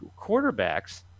quarterbacks